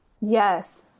Yes